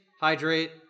hydrate